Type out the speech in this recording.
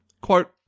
Quote